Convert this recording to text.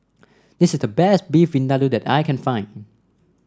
this is the best Beef Vindaloo that I can find